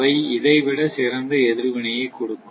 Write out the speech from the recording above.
அவை இதை விட சிறந்த எதிர்வினையை கொடுக்கும்